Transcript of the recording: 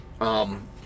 um-